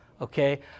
Okay